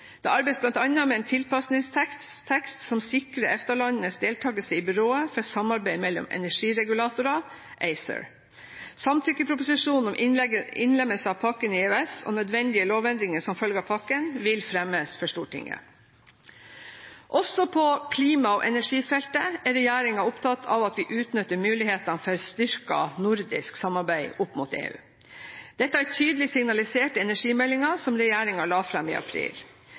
Det arbeides bl.a. med en tilpasningstekst som sikrer EFTA-landene deltakelse i Byrået for samarbeid mellom energireguleringsmyndigheter, ACER. Samtykkeproposisjon om innlemmelse av pakken i EØS og nødvendige lovendringer som følge av pakken vil fremmes for Stortinget. Også på klima- og energifeltet er regjeringen opptatt av at vi utnytter mulighetene for styrket nordisk samarbeid opp mot EU. Dette er tydelig signalisert i energimeldingen som regjeringen la fram i april.